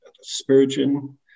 Spurgeon